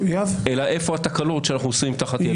אלא איפה התקלות שאנחנו עושים תחת ידינו.